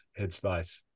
headspace